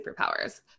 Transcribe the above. superpowers